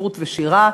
ספרות ושירה,